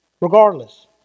regardless